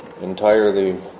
entirely